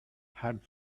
had